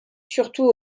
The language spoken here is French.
surtout